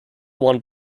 one